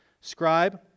scribe